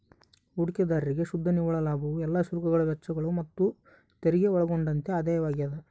ಹೂಡಿಕೆದಾರ್ರಿಗೆ ಶುದ್ಧ ನಿವ್ವಳ ಲಾಭವು ಎಲ್ಲಾ ಶುಲ್ಕಗಳು ವೆಚ್ಚಗಳು ಮತ್ತುತೆರಿಗೆ ಒಳಗೊಂಡಂತೆ ಆದಾಯವಾಗ್ಯದ